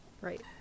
Right